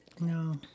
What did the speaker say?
No